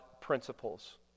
principles